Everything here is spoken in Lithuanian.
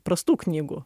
prastų knygų